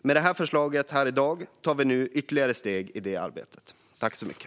Med det här förslaget tar vi nu ytterligare steg i det arbetet.